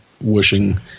wishing